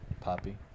Poppy